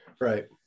right